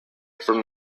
from